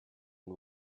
and